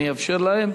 אני אאפשר להם.